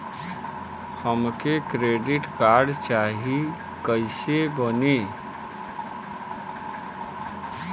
हमके credit card चाही कैसे बनी?